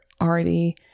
already